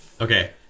okay